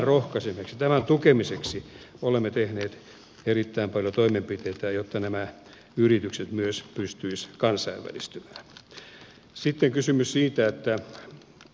tämän rohkaisemiseksi tukemiseksi olemme tehneet erittäin paljon toimenpiteitä jotta nämä yritykset myös pystyy sen kanssa yhdistyvä sitten kysymys siitä pystyisivät kansainvälistymään